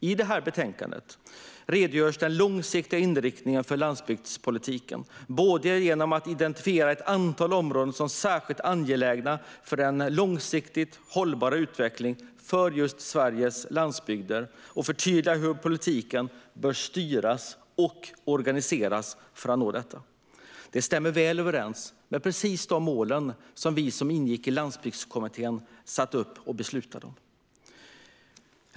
I det här betänkandet redogör man för den långsiktiga inriktningen för landsbygdspolitiken genom att både identifiera ett antal områden som särskilt angelägna för en långsiktigt hållbar utveckling för Sveriges landsbygder och förtydliga hur politiken bör styras och organiseras för att nå detta. Det stämmer väl överens med de mål som vi som ingick i Landsbygdskommittén satte upp och beslutade om.